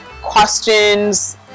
questions